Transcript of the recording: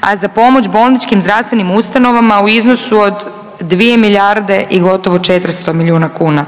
a za pomoć bolničkim zdravstvenim ustanovama u iznosu od 2 milijarde i gotovo 400 milijuna kuna.